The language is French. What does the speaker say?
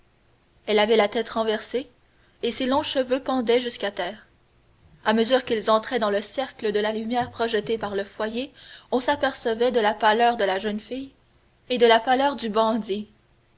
elle avait la tête renversée et ses longs cheveux pendaient jusqu'à terre à mesure qu'ils entraient dans le cercle de la lumière projetée par le foyer on s'apercevait de la pâleur de la jeune fille et de la pâleur du bandit